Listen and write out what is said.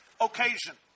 occasion